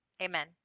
Amen